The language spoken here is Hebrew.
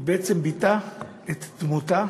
בעצם ביטאה את דמותה.